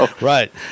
Right